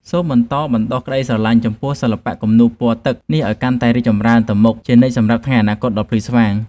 សូមបន្តបណ្តុះក្តីស្រឡាញ់ចំពោះសិល្បៈគំនូរពណ៌ទឹកនេះឱ្យកាន់តែរីកចម្រើនទៅមុខជានិច្ចសម្រាប់ថ្ងៃអនាគតដ៏ភ្លឺស្វាង។